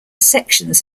sections